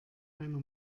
einer